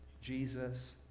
Jesus